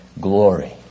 glory